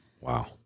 Wow